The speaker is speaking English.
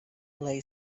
lay